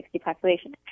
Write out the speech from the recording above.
population